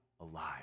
alive